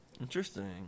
Interesting